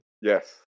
Yes